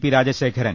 P Rajasekharan